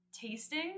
tasting